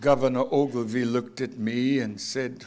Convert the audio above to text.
governor overview looked at me and said